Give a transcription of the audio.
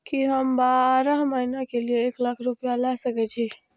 की हम बारह महीना के लिए एक लाख रूपया ले सके छी?